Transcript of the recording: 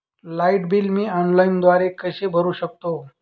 Light bill मी ऑनलाईनद्वारे कसे भरु शकतो?